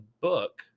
book